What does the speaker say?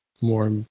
more